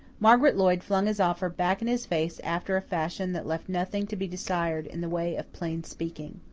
margaret lloyd flung his offer back in his face after a fashion that left nothing to be desired in the way of plain speaking.